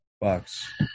Bucks